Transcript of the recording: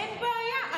אין בעיה.